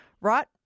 right